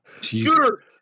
scooter